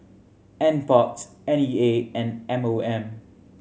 Nparks N E A and M O M